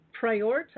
prioritize